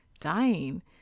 dying